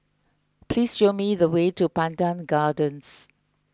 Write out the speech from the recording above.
please show me the way to Pandan Gardens